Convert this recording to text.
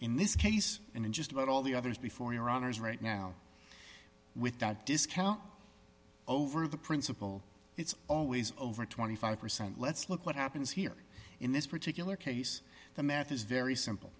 in this case and in just about all the others before your honor's right now with that discount over the principle it's always over twenty five percent let's look what happens here in this particular case the math is very simple